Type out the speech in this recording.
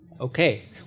Okay